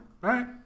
right